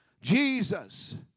Jesus